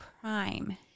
Prime